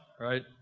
right